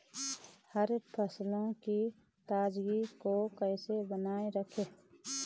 हरी सब्जियों की ताजगी को कैसे बनाये रखें?